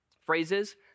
phrases